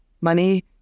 money